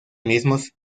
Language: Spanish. mismos